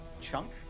chunk